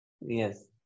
Yes